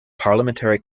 parliamentary